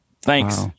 Thanks